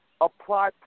apply